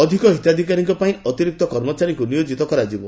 ଅଧିକ ହିତାଧିକାରୀଙ୍କ ପାଇଁ ଅତିରିକ୍ତ କର୍ମଚାରୀଙ୍କୁ ନିୟୋଜିତ କରାଯିବ